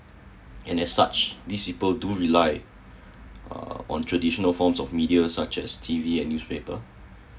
and it such these people do rely uh on traditional forms of media such as T_V and newspaper